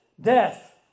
Death